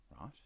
right